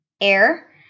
air